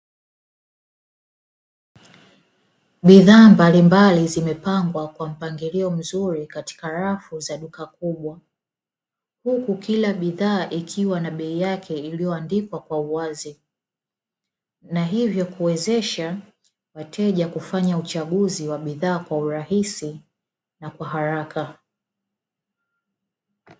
Bidhaa mbalimbali zimepangwa kwa mpangilio mzuri, katika alafu za duka kubwa. Huku kila bidhaa ikiwa na bei yake iliyowekwa wazi, na hivyo kuwezesha wateja kufanya uchaguzi wa bidhaa kwa urahisi na kwa haraka.